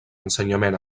ensenyament